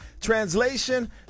Translation